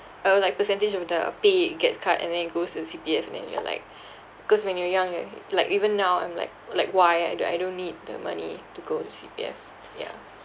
uh like percentage of the pay gets cut and then it goes to C_P_F and then you're like cause when you're young like even now I'm like like why I don't I don't need the money to go to C_P_F yeah